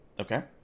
Okay